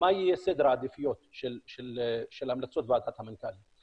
מה יהיה סדר העדיפויות של המלצות ועדת המנכ"לים.